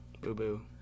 Boo-boo